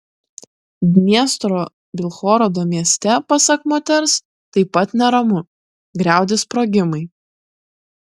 dniestro bilhorodo mieste pasak moters taip pat neramu griaudi sprogimai